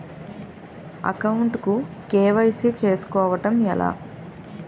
Account కు KYC చేసుకోవడం ఎలా?